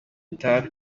itabi